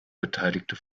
beteiligte